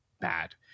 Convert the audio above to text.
bad